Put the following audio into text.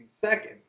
second